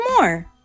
more